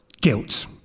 guilt